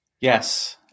Yes